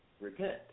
repent